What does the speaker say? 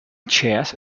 chairs